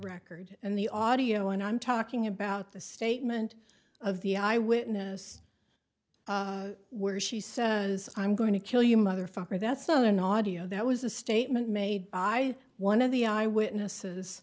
record and the audio and i'm talking about the statement of the eyewitness where she says i'm going to kill you motherfucker that's not an audio that was a statement made by one of the eyewitness